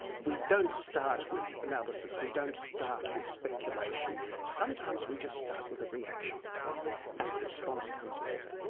we don't start with analysis, we don't start with speculation. sometimes we just start with a reaction and the response comes later.